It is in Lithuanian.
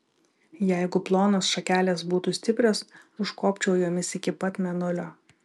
jeigu plonos šakelės būtų stiprios užkopčiau jomis iki pat mėnulio